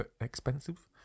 Expensive